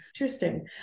Interesting